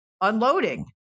unloading